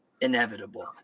inevitable